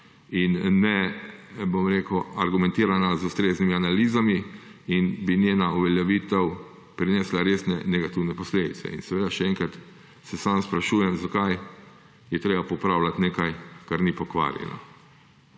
in ni argumentirana z ustreznimi analizami in bi njena uveljavitev prinesla resne negativne posledice. Sam se še enkrat sprašujem, zakaj je treba popravljati nekaj, kar ni pokvarjeno.